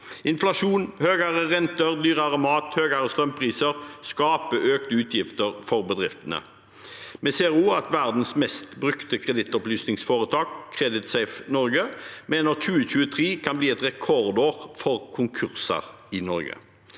Inflasjon, høyere renter, dyrere mat og høye strømpriser skaper økte utgifter for bedriftene. Vi ser at også verdens mest brukte kredittopplysningsforetak, Creditsafe Norge, mener 2023 kan bli et rekordår for konkurser i Norge.